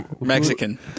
Mexican